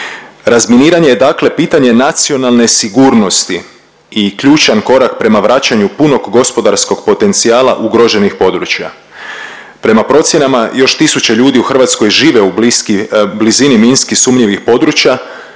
Razminiranje je dakle pitanje nacionalne sigurnosti i ključan korak prema vraćanju punog gospodarskog potencijala ugroženih područja. Prema procjenama još tisuće ljudi u Hrvatskoj žive u bliski, blizini minski sumnjivih područja,